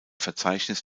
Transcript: verzeichnis